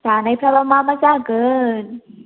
जानायफ्राबा मा मा जागोन